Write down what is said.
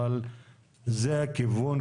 אבל זה הכיוון.